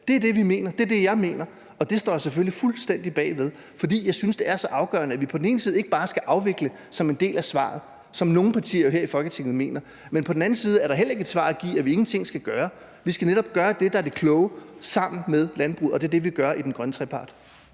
Det er det, vi mener. Det er det, jeg mener, og det står jeg selvfølgelig fuldstændig bag ved. For jeg synes, det er så afgørende, at vi på den ene side ikke bare skal afvikle som en del af svaret, hvilket nogle partier her i Folketinget jo mener, men at det på den anden side jo heller ikke er et svar at give, at vi ingenting skal gøre. Vi skal netop gøre det, der er det kloge, sammen med landbruget, og det er det, vi gør i den grønne trepart.